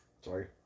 Sorry